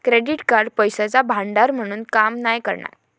credit card पैशाचा भांडार म्हणून काम नाय करणा